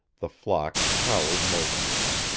the flock cowered motionless.